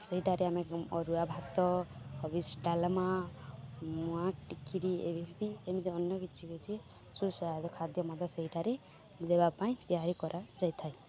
ସେଇଠାରେ ଆମେ ଅରୁଆ ଭାତ ହବିଶ ଡାଲମା ମୁଆଁ ଟିକିରି ଏମିତି ଏମିତି ଅନ୍ୟ କିଛି କିଛି ସୁସ୍ୱାଦୁ ଖାଦ୍ୟ ମଧ୍ୟ ସେଇଠାରେ ଦେବା ପାଇଁ ତିଆରି କରାଯାଇଥାଏ